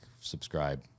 subscribe